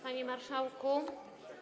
Panie Marszałku!